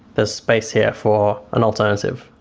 there's space here for an alternative.